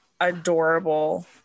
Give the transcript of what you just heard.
adorable